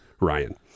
Ryan